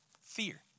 Fear